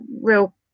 real